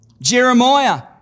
Jeremiah